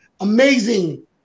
amazing